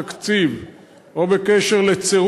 או בקשר להצבעה על חוק התקציב,